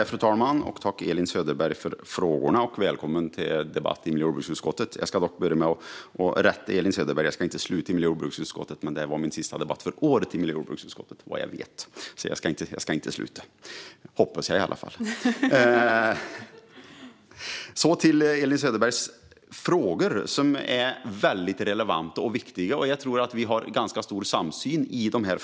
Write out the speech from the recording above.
Fru talman! Jag tackar Elin Söderberg för frågorna. Jag välkomnar henne även till debatt i miljö och jordbruksutskottet. Jag vill börja med att rätta Elin Söderberg. Jag ska inte sluta i miljö och jordbruksutskottet; det här är dock min sista debatt i miljö och jordbruksutskottet under detta riksdagsår. Jag ska alltså inte sluta - hoppas jag i alla fall. Låt mig gå in på Elin Söderbergs frågor, som är väldigt relevanta och viktiga. Jag tror att vi har ganska stor samsyn här.